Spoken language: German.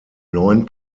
neun